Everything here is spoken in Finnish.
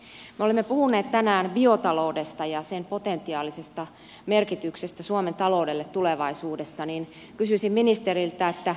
kun me olemme puhuneet tänään biotaloudesta ja sen potentiaalisesta merkityksestä suomen taloudelle tulevaisuudessa niin kysyisin ministeriltä